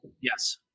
Yes